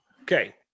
Okay